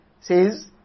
says